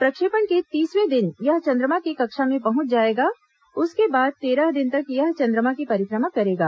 प्रक्षेपण के तीसवें दिन यह चंद्रमा की कक्षा में पहुंच जाएगा उसके बाद तेरह दिन तक यह चंद्रमा की परिक्रमा करेगा